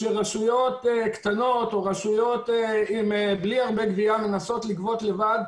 כשרשויות קטנות מנסות לגבות לבד.